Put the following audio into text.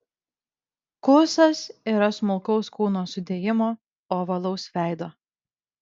kuusas yra smulkaus kūno sudėjimo ovalaus veido